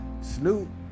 Snoop